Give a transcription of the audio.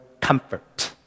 comfort